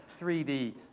3D